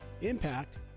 Impact